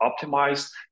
optimized